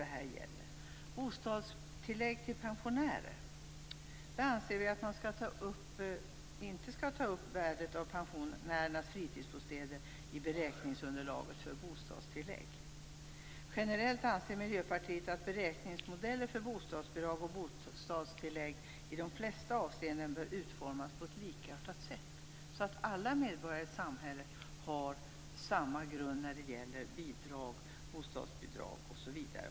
När det gäller bostadstillägg till pensionärer anser vi att man inte skall ta upp värdet av fritidsbostad i beräkningsunderlaget för bostadstillägg. Generellt anser Miljöpartiet att beräkningsmodeller för bostadsbidrag och bostadstillägg i de flesta avseenden bör utformas på ett likartat sätt, så att alla medborgare i samhället har samma grund när det gäller bidrag, bostadsbidrag osv.